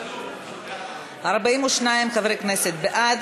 החברתיים מגלה כי חמישית מ-44,000 מקרי פגיעה